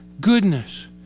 Goodness